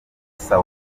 soudan